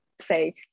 say